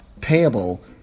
payable